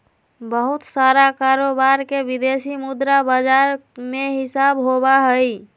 बहुत सारा कारोबार के विदेशी मुद्रा बाजार में हिसाब होबा हई